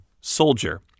soldier